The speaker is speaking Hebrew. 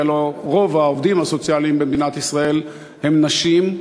כי הלוא רוב העובדים הסוציאליים במדינת ישראל הם נשים,